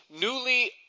newly